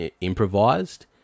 improvised